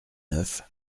neuf